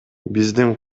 биздин